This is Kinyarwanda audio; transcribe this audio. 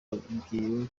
abwiwe